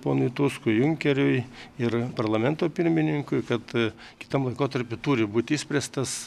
ponui tuskui junkeriui ir parlamento pirmininkui kad kitam laikotarpy turi būt išspręstas